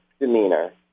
demeanor